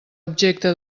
objecte